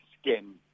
skin